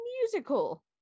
musical